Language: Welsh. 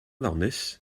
ddawnus